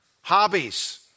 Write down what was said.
hobbies